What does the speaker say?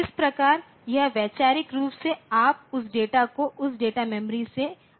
इस प्रकार यह वैचारिक रूप से आप उस डेटा को उस डेटा मेमोरी से आते हुए देख सकते हैं